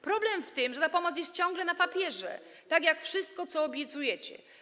Problem w tym, że pomoc jest ciągle na papierze, tak jak wszystko, co obiecujecie.